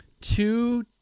two